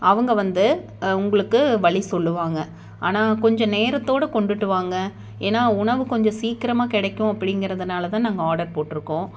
அவங்க வந்து உங்களுக்கு வழி சொல்லுவாங்க ஆனால் கொஞ்சம் நேரத்தோட கொண்டுட்டு வாங்க ஏன்னா உணவு கொஞ்சம் சீக்கிரமாக கிடைக்கும் அப்படிங்கிறதுனாலதான் நாங்கள் ஆர்டர் போட்ருக்கோம்